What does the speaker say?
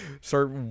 start